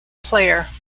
player